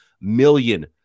million